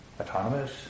autonomous